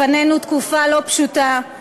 לפנינו תקופה לא פשוטה,